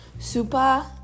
Super